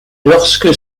lorsque